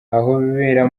ahobera